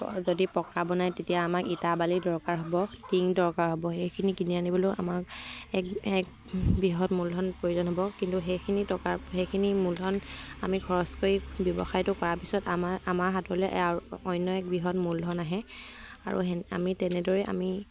যদি পকা বনায় তেতিয়া আমাক ইটা বালি দৰকাৰ হ'ব টিং দৰকাৰ হ'ব সেইখিনি কিনি আনিবলৈও আমাক এক এক বৃহৎ মূলধন প্ৰয়োজন হ'ব কিন্তু সেইখিনি টকাৰ সেইখিনি মূলধন আমি খৰচ কৰি ব্যৱসায়টো কৰাৰ পিছত আমাৰ আমাৰ হাতলৈ আৰু অন্য এক বৃহৎ মূলধন আহে আৰু আমি তেনেদৰেই আমি